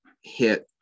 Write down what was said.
hit